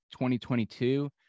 2022